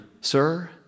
sir